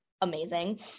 amazing